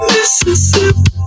Mississippi